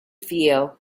feel